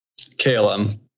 KLM